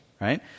right